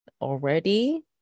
already